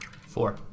Four